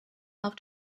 auf